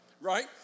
right